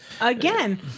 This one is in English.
Again